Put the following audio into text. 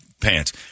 pants